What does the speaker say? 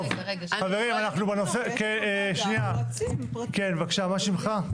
כן בבקשה, מה שמך?